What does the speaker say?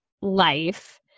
life